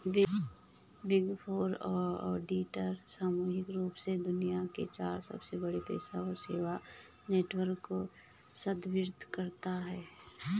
big four auditor सामूहिक रूप से दुनिया के चार सबसे बड़े पेशेवर सेवा नेटवर्क को संदर्भित करता है